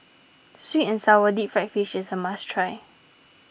Sweet and Sour Deep Fried Fish is a must try